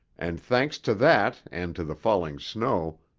and thanks to that and to the falling snow,